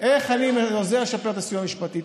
איך אני עוזר לשפר את הסיוע המשפטי,